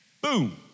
boom